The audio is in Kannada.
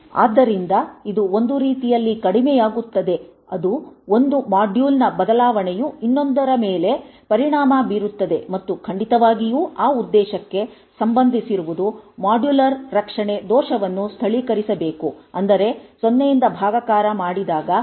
ಆದ್ದರಿಂದ ಇದು ಒಂದು ರೀತಿಯಲ್ಲಿ ಕಡಿಮೆಯಾಗುತ್ತದೆ ಅದು ಒಂದು ಮಾಡ್ಯೂಲ್ನ ಬದಲಾವಣೆಯು ಇನ್ನೊಂದರ ಮೇಲೆ ಪರಿಣಾಮ ಬೀರುತ್ತದೆ ಮತ್ತು ಖಂಡಿತವಾಗಿಯೂ ಆ ಉದ್ದೇಶಕ್ಕೆ ಸಂಬಂಧಿಸಿರುವುದು ಮಾಡ್ಯುಲರ್ ರಕ್ಷಣೆ ದೋಷಗಳನ್ನು ಸ್ಥಳೀಕರಿಸಬೇಕು ಅಂದರೆ ಸೊನ್ನೆಯಿಂದ ಭಾಗಾಕಾರ ಮಾಡಿದಾಗ ಆ ದೋಷ ಮ್ಯಾಥ್